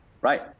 right